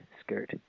skirt